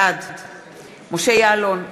בעד משה יעלון,